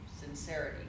sincerity